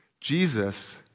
Jesus